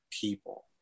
people